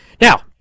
Now